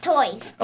Toys